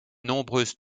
nombreuses